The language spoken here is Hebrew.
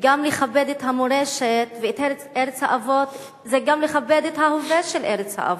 ולכבד את המורשת ואת ארץ האבות זה גם לכבד את ההווה של ארץ האבות,